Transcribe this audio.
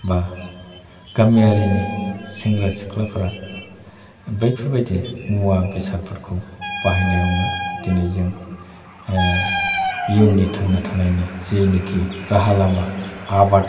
बा गामियारिनि सेंग्रा सिख्लाफोरा बैफोरबायदि मुवा बेसादफोरखौ बाहायनायावनो दिनै जों इयुननि थांना थानायनि जेनोखि राहा लामा आबाद